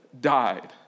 died